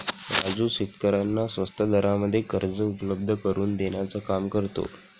राजू शेतकऱ्यांना स्वस्त दरामध्ये कर्ज उपलब्ध करून देण्याचं काम करतो